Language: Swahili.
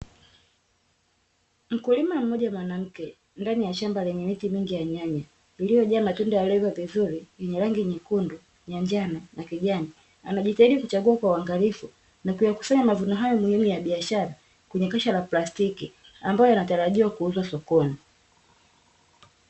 Mkulima mmoja mwanamke ndani ya shamba lenyewe, miti mingi ya nyanya iliyojaa matunda yalioiva vizuri yenye rangi nyekundu, yanjano na kijana anajitahidi kuchagua kwa uangalifu na kuyakusanya mavuno hayo muhimu ya biashara kwenye kesha la plastiki ambayo yanatarajiwa kuuza sokoni.